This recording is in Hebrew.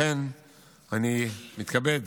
לכן אני מתכבד